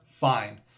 fine